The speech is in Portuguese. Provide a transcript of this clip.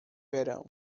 verão